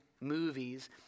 movies